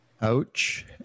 Ouch